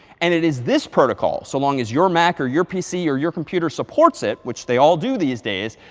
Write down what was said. and it is this protocol. so long as your mac or your pc or your computer supports it, which they all do these days.